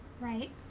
Right